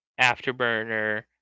afterburner